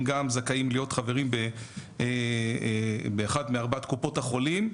גם זכאים להיות חברים באחת מארבעת קופות החולים.